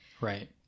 Right